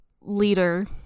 leader